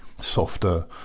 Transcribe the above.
softer